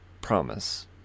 promise